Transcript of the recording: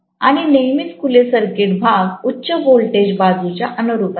आणि नेहमीच खुले सर्किट भाग उच्च व्होल्टेज बाजूच्या अनुरूप असेल